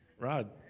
Rod